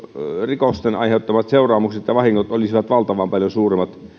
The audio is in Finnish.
rikosten aiheuttamat seuraamukset ja vahingot olisivat valtavan paljon suuremmat